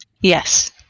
yes